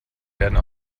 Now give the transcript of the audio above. werden